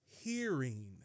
hearing